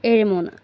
ഏഴ് മൂന്ന്